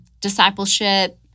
discipleship